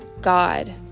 God